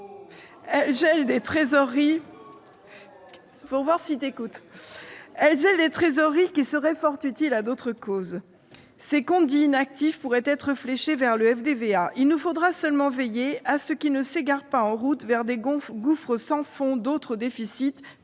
Elles gèlent des trésoreries qui seraient fort utiles à d'autres causes. Ces comptes dits inactifs pourraient être fléchés vers le FDVA. Il nous faudra seulement veiller à ce qu'ils ne s'égarent pas en route vers les gouffres sans fond d'autres déficits